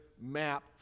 map